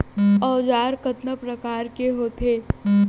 औजार कतना प्रकार के होथे?